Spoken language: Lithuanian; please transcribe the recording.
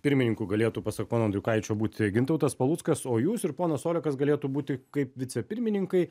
pirmininku galėtų pasak pono andriukaičio būti gintautas paluckas o jūs ir ponas olekas galėtų būti kaip vicepirmininkai